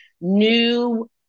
new